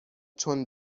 چون